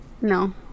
no